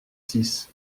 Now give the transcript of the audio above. six